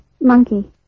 monkey